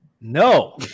No